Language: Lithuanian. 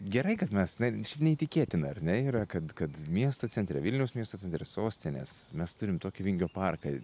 gerai kad mes na neįtikėtina ar ne yra kad kad miesto centre vilniaus miesto centre sostinės mes turim tokį vingio parką